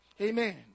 Amen